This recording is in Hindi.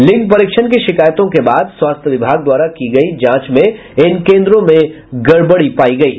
लिंग परीक्षण की शिकायतों के बाद स्वास्थ्य विभाग द्वारा की गयी जांच में इन केंद्रों में गड़बड़ी पायी गयी